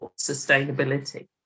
sustainability